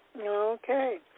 Okay